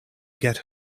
get